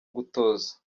gutoza